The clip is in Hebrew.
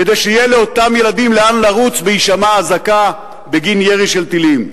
כדי שיהיה לאותם ילדים לאן לרוץ בהישמע אזעקה בגין ירי של טילים.